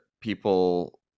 people